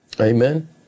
Amen